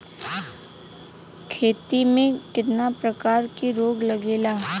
खेती में कितना प्रकार के रोग लगेला?